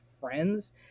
friends